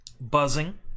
Buzzing